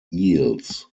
eels